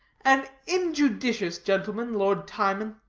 an injudicious gentleman, lord timon.